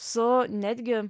su netgi